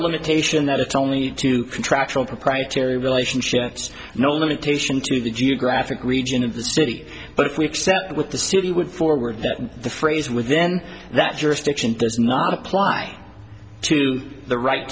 limitation that it's only to contractual proprietary relationships no limitation to the geographic region of the city but if we accept with the city would forward the phrase with then that jurisdiction does not apply to the right